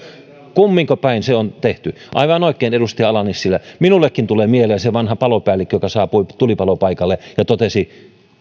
kumminko päin se on tehty aivan oikein edustaja ala nissilä minullekin tulee mieleen se vanha palopäällikkö joka saapui tulipalopaikalle ja totesi